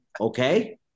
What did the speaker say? okay